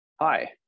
Hi